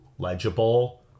Legible